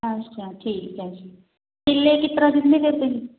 ਅੱਛਾ ਠੀਕ ਹੈ ਜੀ ਕੇਲੇ ਕਿਸ ਤਰ੍ਹਾਂ ਦਿੰਦੇ ਫਿਰ ਤੁਸੀਂ